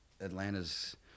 Atlanta's